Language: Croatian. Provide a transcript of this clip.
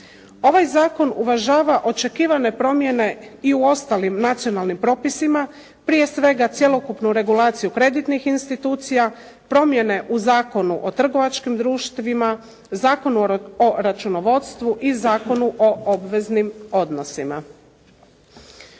Ovaj zakon uvažava očekivane promjene i u ostalim nacionalnim propisima, prije svega cjelokupnu regulaciju kreditnih institucija, promjene u Zakonu o trgovačkim društvima, Zakonu o računovodstvu i Zakonu o obveznim odnosima.